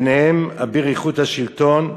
בהם אביר איכות השלטון,